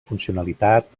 funcionalitat